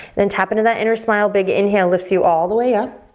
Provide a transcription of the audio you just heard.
then tap into that inner smile. big inhale lifts you all the way up,